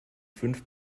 fünf